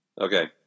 Okay